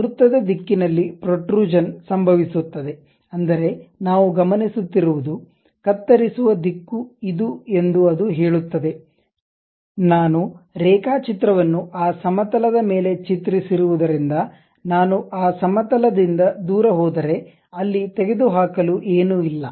ವೃತ್ತದ ದಿಕ್ಕಿನಲ್ಲಿ ಪ್ರೋಟ್ಟ್ರಜನ್ ಸಂಭವಿಸುತ್ತದೆ ಅಂದರೆ ನಾವು ಗಮನಿಸುತ್ತಿರುವದು ಕತ್ತರಿಸುವ ದಿಕ್ಕು ಇದು ಎಂದು ಅದು ಹೇಳುತ್ತದೆ ನಾನು ರೇಖಾಚಿತ್ರವನ್ನು ಆ ಸಮತಲದ ಮೇಲೆ ಚಿತ್ರಿಸಿರುವದರಿಂದ ನಾನು ಆ ಸಮತಲ ದಿಂದ ದೂರ ಹೋದರೆ ಅಲ್ಲಿ ತೆಗೆದು ಹಾಕಲು ಏನು ಇಲ್ಲ